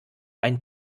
ein